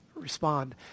respond